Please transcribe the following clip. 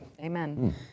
Amen